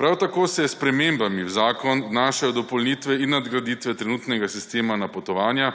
Prav tako se s spremembami v zakon vnašajo dopolnitve in nadgraditve trenutnega sistema napotovanja,